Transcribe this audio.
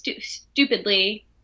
stupidly